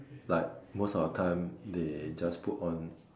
like most of the time they just put on